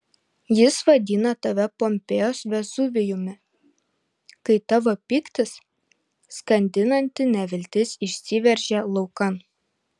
jis vadina tave pompėjos vezuvijumi kai tavo pyktis skandinanti neviltis išsiveržia laukan